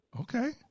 Okay